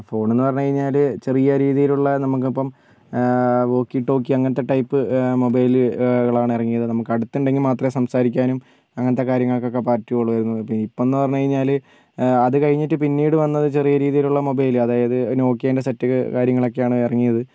phone എന്ന് പറഞ്ഞുകഴിഞ്ഞാൽ ചെറിയ രീതിയിലുള്ള നമുക്കിപ്പം വോക്കി ടോക്കി അങ്ങനത്തെ ടൈപ്പ് മൊബൈലുകളാണ് ഇറങ്ങിയത് നമുക്ക് അടുത്തുണ്ടെങ്കിൽ മാത്രമേ സംസാരിക്കാനും അങ്ങനത്തെ കാര്യങ്ങൾക്കൊക്കെ പറ്റുള്ളായിരുന്നു ഇപ്പം എന്ന് പറഞ്ഞുകഴിഞ്ഞാൽ അത് കഴിഞ്ഞിട്ട് പിന്നീട് വന്നത് ചെറിയ രീതിയിലുള്ള മൊബൈൽ അതായത് നോക്കിയേന്റെ സെറ്റ് കാര്യങ്ങളൊക്കെയാണ് ഇറങ്ങിയത്